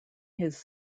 his